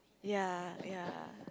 ya ya